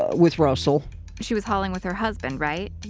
with russell she was hauling with her husband, right?